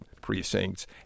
precincts